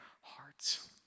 hearts